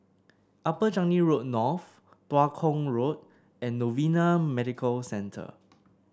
Upper Changi Road North Tua Kong Road and Novena Medical Centre